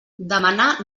demanar